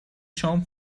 شام